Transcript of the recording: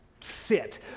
sit